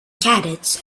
carrots